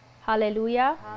Hallelujah